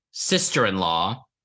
sister-in-law